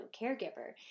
caregiver